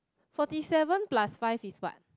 forty seven plus five is what